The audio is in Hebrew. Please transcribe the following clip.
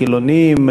חילונים,